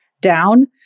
down